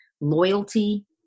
loyalty